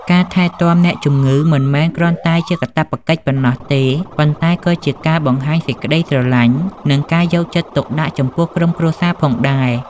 ការថែទាំអ្នកជម្ងឺមិនមែនគ្រាន់តែជាកាតព្វកិច្ចប៉ុណ្ណោះទេ ប៉ុន្តែក៏ជាការបង្ហាញសេចក្ដីស្រឡាញ់ និងការយកចិត្តទុកដាក់ចំពោះក្រុមគ្រួសារផងដែរ។